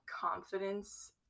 confidence